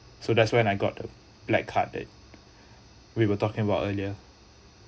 so that's when I got the black card that we were talking about earlier